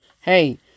hey